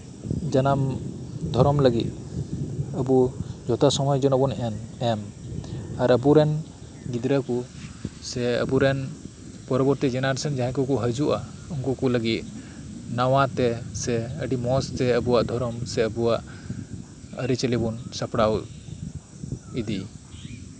ᱡᱟᱱᱟᱢ ᱫᱷᱚᱨᱚᱢ ᱞᱟᱹᱜᱤᱫ ᱟᱵᱩ ᱡᱚᱛᱚ ᱥᱚᱢᱚᱭ ᱡᱮᱱᱚᱵᱩᱱ ᱮᱢ ᱟᱨ ᱟᱵᱩᱨᱮᱱ ᱜᱤᱫᱽᱨᱟᱹᱠᱩ ᱥᱮ ᱟᱵᱩᱨᱮᱱ ᱛᱟᱭᱚᱢ ᱫᱟᱨᱟᱢ ᱡᱟᱦᱟᱸᱭ ᱠᱩᱠᱩ ᱦᱤᱡᱩᱜ ᱟ ᱩᱱᱠᱩ ᱠᱩ ᱞᱟᱹᱜᱤᱫ ᱱᱟᱣᱟᱛᱮ ᱥᱮ ᱟᱹᱰᱤ ᱢᱚᱡᱛᱮ ᱟᱵᱩᱣᱟᱜ ᱫᱷᱚᱨᱚᱢ ᱥᱮ ᱟᱵᱩᱣᱟᱜ ᱟᱹᱨᱤᱪᱟᱹᱞᱤᱵᱩᱱ ᱥᱟᱯᱲᱟᱣ ᱤᱫᱤᱭ